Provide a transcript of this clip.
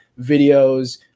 videos